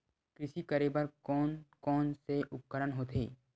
कृषि करेबर कोन कौन से उपकरण होथे?